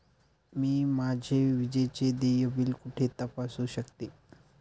मी माझे विजेचे देय बिल कुठे तपासू शकते?